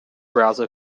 browser